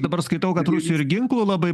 dabar skaitau kad rusijoj ir ginklų labai